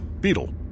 Beetle